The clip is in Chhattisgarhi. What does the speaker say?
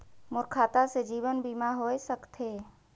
मोर खाता से जीवन बीमा होए सकथे?